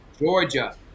Georgia